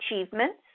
achievements